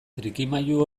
trikimailu